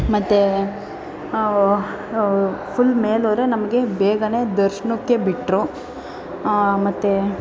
ಮತ್ತು ಫುಲ್ ಮೇಲೆ ಹೋದ್ರೆ ನಮಗೆ ಬೇಗನೆ ದರ್ಶ್ನಕ್ಕೆ ಬಿಟ್ಟರು ಮತ್ತು